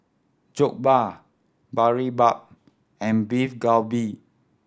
Jokbal Boribap and Beef Galbi